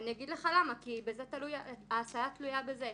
כי ההסעה תלויה בזה.